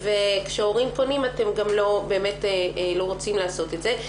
וכשהורים פונים אתם לא רוצים לעשות את זה.